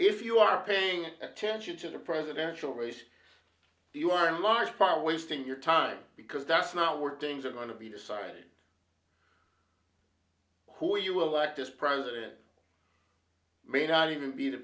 if you are paying attention to the presidential race you are in large part wasting your time because that's not were things are going to be decided who you will like this president may not even be the